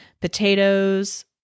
potatoes